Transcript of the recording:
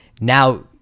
now